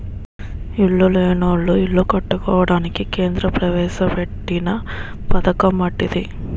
ఇల్లు లేనోళ్లు ఇల్లు కట్టుకోవడానికి కేంద్ర ప్రవేశపెట్టిన పధకమటిది